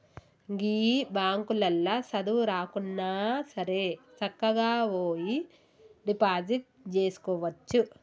గీ బాంకులల్ల సదువు రాకున్నాసరే సక్కగవోయి డిపాజిట్ జేసుకోవచ్చు